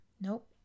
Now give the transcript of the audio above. Nope